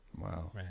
Wow